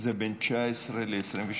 זה בין 2019 ל-2023.